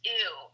ew